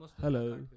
Hello